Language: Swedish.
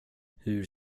hur